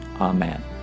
Amen